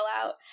out